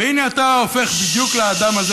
והינה אתה הופך בדיוק לאדם הזה,